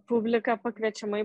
publika pakviečiama į